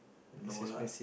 no lah